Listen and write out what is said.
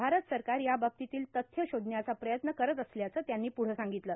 भारत सरकार याबाबतीतील तथ्य शोधण्याचा प्रयत्न करत असल्याचं त्यांनी पुढं सांगितलं